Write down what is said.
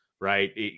right